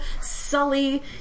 sully